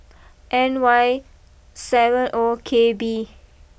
N Y seven O K B